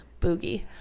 boogie